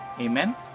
Amen